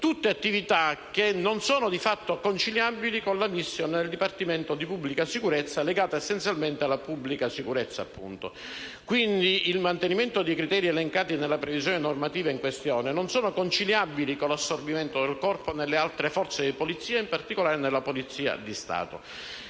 queste attività non sono di fatto conciliabili con la *mission* del Dipartimento di pubblica sicurezza, del Ministero dell'interno. Quindi il mantenimento dei criteri elencati nella previsione normativa in questione non è conciliabile con l'assorbimento del Corpo nelle altre forze di polizia, in particolare nella Polizia di Stato.